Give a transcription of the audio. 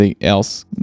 else